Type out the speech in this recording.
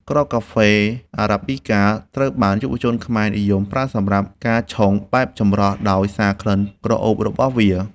គ្រាប់កាហ្វេអារ៉ាប៊ីកា ត្រូវបានយុវជនខ្មែរនិយមប្រើសម្រាប់ការឆុងបែបចម្រោះ ដោយសារក្លិនក្រអូបរបស់វា។